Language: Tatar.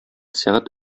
сәгать